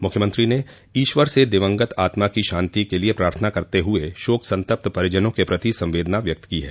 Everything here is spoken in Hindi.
मुख्यमंत्री ने ईश्वर से दिवंगत आत्मा की शान्ति के लिए प्रार्थना करते हुए शोक संतप्त परिजनों के प्रति संवेदना व्यक्त की है